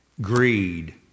greed